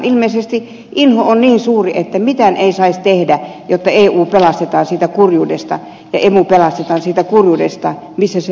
ilmeisesti inho on niin suuri että mitään ei saisi tehdä jotta eu ja emu pelastetaan siitä kurjuudesta mihin ne ovat ajautuneet